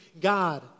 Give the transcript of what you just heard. God